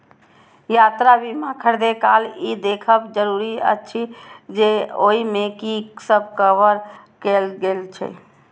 यात्रा बीमा खरीदै काल ई देखब जरूरी अछि जे ओइ मे की सब कवर कैल गेल छै